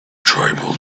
tribal